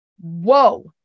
Whoa